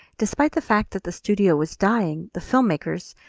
despite the fact that the studio was dying the filmmakers,